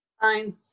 Fine